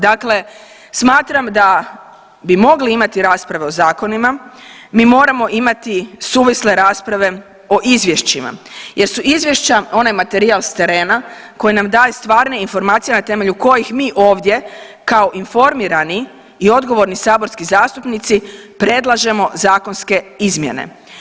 Dakle, smatram da bi mogli imati rasprave o zakonima mi moramo imati suvisle rasprave o izvješćima jer su izvješća onaj materijal s terena koji nam daju stvarne informacije na temelju kojih mi ovdje kao informirani i odgovorni saborski zastupnici predlažemo zakonske izmjene.